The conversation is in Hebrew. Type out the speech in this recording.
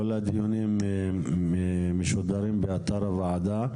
כל הדיונים משודרים באתר הוועדה.